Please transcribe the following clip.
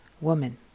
woman